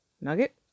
nugget